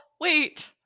wait